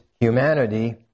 humanity